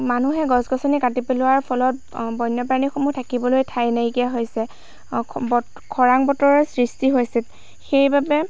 মানুহে গছ গছনি কাটি পেলোৱাৰ ফলত বন্যপ্ৰাণীসমূহৰ থাকিবলৈ ঠাই নাইকীয়া হৈছে খৰাং বতৰৰ সৃষ্টি হৈছে সেইবাবে